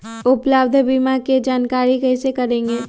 उपलब्ध बीमा के जानकारी कैसे करेगे?